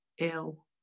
ill